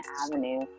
avenue